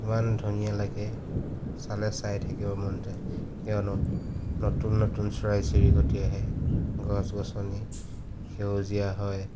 ইমান ধুনীয়া লাগে চালে চাই থাকিব মন যায় কিয়নো নতুন নতুন চৰাই চিৰিকটি আহে গছ গছনি সেউজীয়া হয়